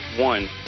one